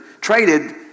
traded